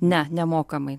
ne nemokamai